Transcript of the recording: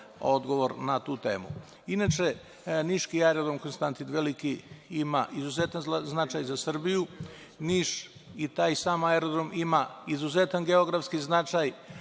odgovor na tu temu. Inače, niški aerodrom „Konstantin Veliki“ ima izuzetan značaj za Srbiju. Niš i taj sam aerodrom ima izuzetan geografski značaj,